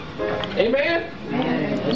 Amen